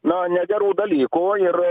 na negerų dalykų ir